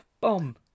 Bomb